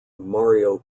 mario